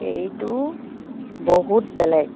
এইটো বহুত বেলেগ